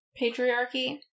patriarchy